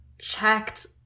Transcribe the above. checked